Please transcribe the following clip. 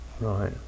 right